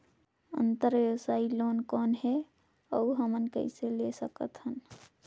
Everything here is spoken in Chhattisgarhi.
अंतरव्यवसायी लोन कौन हे? अउ हमन कइसे ले सकथन?